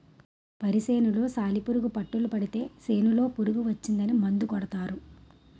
వరి సేనులో సాలిపురుగు పట్టులు పడితే సేనులో పురుగు వచ్చిందని మందు కొడతారు